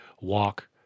walk